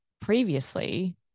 previously